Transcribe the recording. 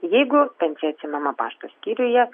jeigu pensija atsiimama pašto skyriuje